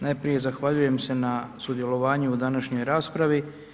Najprije, zahvaljujem se na sudjelovanju u današnjoj raspravi.